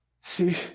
See